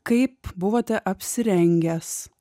kaip buvote apsirengęs